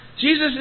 Jesus